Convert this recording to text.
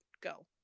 go